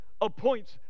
appoints